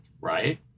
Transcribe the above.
right